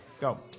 Go